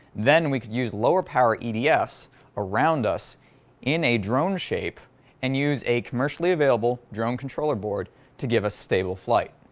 then we could use lower power etfs around us in a drone shape and use a commercially available drone controller board to give a stable flight